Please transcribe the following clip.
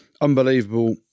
unbelievable